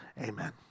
Amen